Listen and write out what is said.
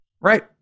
right